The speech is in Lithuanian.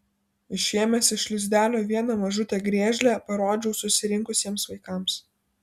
išėmęs iš lizdelio vieną mažutę griežlę parodžiau susirinkusiems vaikams